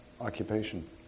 occupation